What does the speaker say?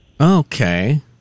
Okay